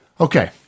Okay